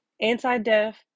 Anti-death